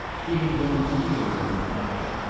he had grown clear, in a flash,